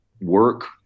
work